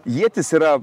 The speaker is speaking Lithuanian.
ietis yra